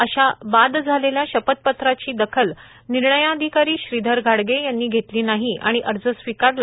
अशा बाद झालेल्या शपथ पत्राची दखल निर्णयाधिकारी श्रीधर घाडगे यांनी घेतली नाही आणि अर्ज स्वीकारला